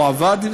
הוא עבד,